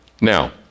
now